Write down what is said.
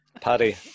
Paddy